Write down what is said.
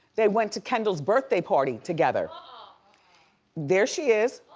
they went to kendall's birthday party together. ah there she is,